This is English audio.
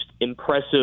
impressive